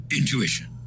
Intuition